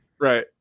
Right